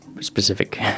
specific